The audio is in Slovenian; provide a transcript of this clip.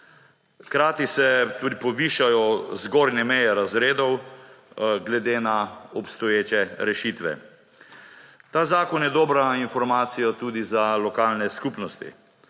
Hkrati se višajo zgornje meje razredov glede na obstoječe rešitve. Ta zakon je dobra informacija tudi za lokalne skupnosti,